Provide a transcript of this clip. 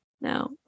no